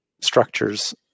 structures